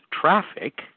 traffic